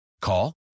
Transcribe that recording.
Call